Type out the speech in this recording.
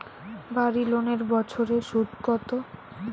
বাড়ি লোনের বছরে সুদ কত?